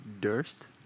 Durst